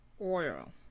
Oil